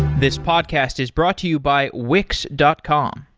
this podcast is brought to you by wix dot com.